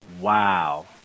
wow